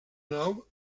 nau